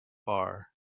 bar